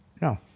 No